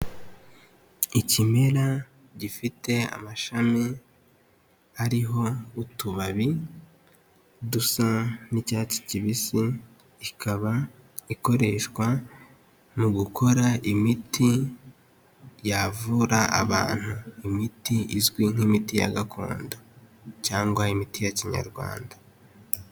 Ikimera gifite amashami ariho utubabi dusa n'icyatsi kibisi, ikaba ikoreshwa mu gukora imiti yavura abantu, imiti izwi nk'imiti ya gakondo cyangwa imiti ya kinyarwanda.